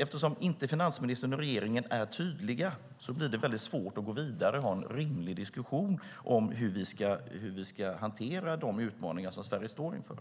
Eftersom finansministern och regeringen inte är tydliga blir det svårt att gå vidare och föra en rimlig diskussion om hur vi ska hantera de utmaningar som Sverige står inför.